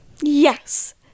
Yes